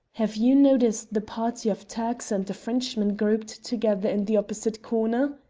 have you noticed the party of turks and a frenchman grouped together in the opposite corner?